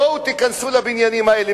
בואו תיכנסו לבניינים האלה.